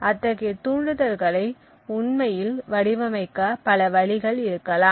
அத்தகைய தூண்டுதல்களை உண்மையில் வடிவமைக்க பல வழிகள் இருக்கலாம்